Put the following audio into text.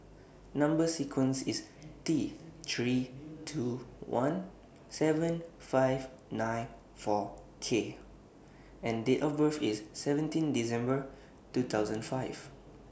Number sequence IS T three two one seven five nine four K and Date of birth IS seventeen December two thousand five